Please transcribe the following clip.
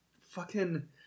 fucking-